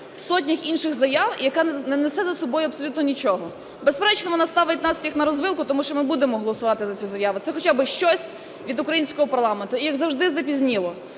сотнях інших заяв і яка не несе за собою абсолютно нічого. Безперечно, вона ставить нас всіх на розвилку, тому що ми будемо голосувати за цю заяву. Це хоча би щось від українського парламенту і, як завжди, запізніло.